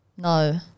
No